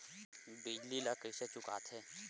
bill ला कइसे चुका थे